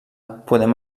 podem